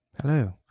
Hello